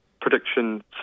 prediction